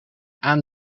aan